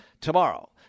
tomorrow